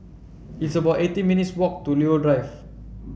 it's about eighteen minutes' walk to Leo Drive